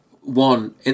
one